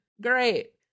Great